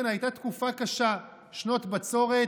כן, הייתה תקופה קשה, שנות בצורת,